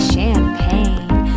Champagne